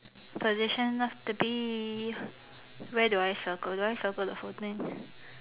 position of the bee where do I circle do I circle the whole thing